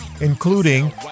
including